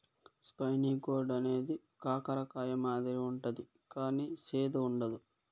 spiny gourd అనేది కాకర కాయ మాదిరి ఉంటది కానీ సేదు ఉండదు